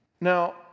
Now